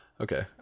Okay